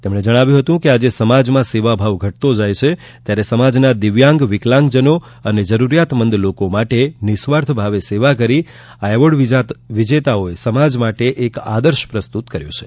તેમણે કહ્યું કે આજે સમાજમાં સેવાભાવ ઘટતો જાય છે ત્યારે સમાજના દિવ્યાંગ વિકલાંગજનો અને જરૂરિયાતમંદ લોકો માટે નિઃસ્વાર્થ ભાવે સેવા કરી આ એવોર્ડ વિજેતાઓએ સમાજ માટે એક આદર્શ પ્રસ્તુત કર્યો છે